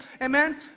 Amen